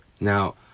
now